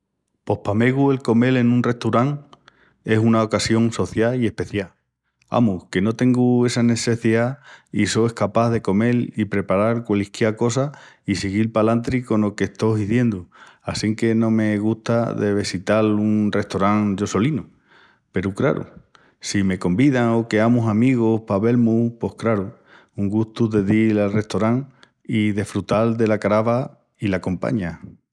Pos pa megu el comel en un restorán es una ocasión social i especial. Amus, que no tengu essa nesseciá i so escapás de comel i preparal qualisquiá cosa i siguil palantri cono que estó hiziendu assinque no me gusta de vesital un restorán yo solinu. Peru, craru, si me convidan o queamus amigus pa vel-mus pos craru, un gustu de dil al restorán i desfrutal dela carava i la compaña.